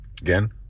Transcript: Again